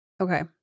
Okay